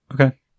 Okay